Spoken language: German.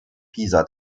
pisa